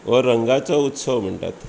हो रंगांचो उत्सव म्हणटात